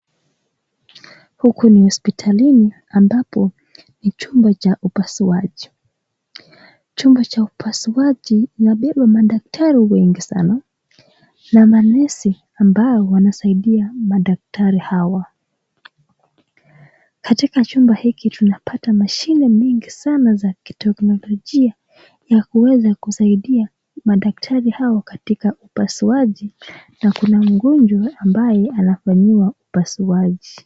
Huku ni hospitalini ambapo ni chumba cha upasuaji , chumba cha upasuaji inapaswa madaktari mengi sana na malezi ambao Wanasaidia madaktari hawa, katika chumba hiki tunapata mashini mingi sana ya kitekinolojia yakuweza kusaidia madaktari hawa katika upasuaji , na Kuna mgonjwa ambaye anafanyiwa upasuaji.